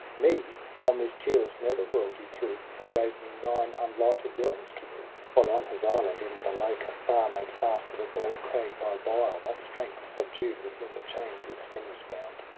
me on this cheerless nether world ye threw and gave me nine unlighted realms to rule. while, on his island in the lake, afar, made fast to the bored crag, by wile not strength subdued, with limber chains lives fenris bound.